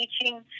teaching